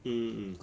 mm mm